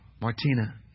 Martina